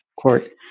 court